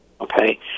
Okay